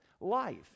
life